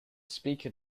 speaker